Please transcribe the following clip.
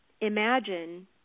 imagine